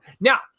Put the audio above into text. Now